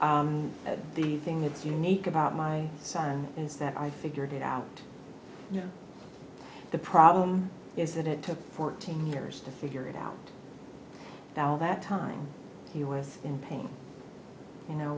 the thing that's unique about my son is that i figured it out you know the problem is that it took fourteen years to figure it out all that time he was in pain you know